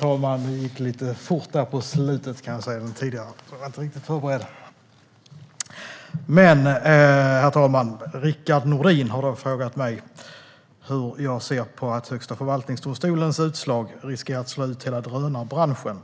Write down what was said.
Herr talman! Rickard Nordin har frågat mig hur jag ser på att Högsta förvaltningsdomstolens utslag riskerar att slå ut hela drönarbranschen